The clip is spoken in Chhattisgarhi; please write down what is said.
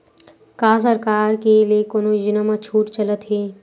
का सरकार के ले कोनो योजना म छुट चलत हे?